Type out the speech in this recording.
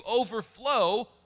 overflow